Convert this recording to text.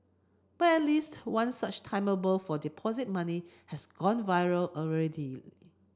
but at least one such timetable for deposit money has gone viral already